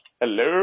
Hello